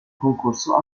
concorso